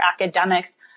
academics